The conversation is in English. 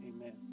amen